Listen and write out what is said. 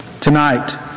Tonight